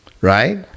right